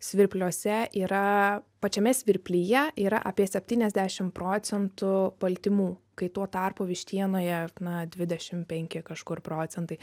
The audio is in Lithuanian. svirpliuose yra pačiame svirplyje yra apie septyniasdešim procentų baltymų kai tuo tarpu vištienoje na dvidešim penki kažkur procentai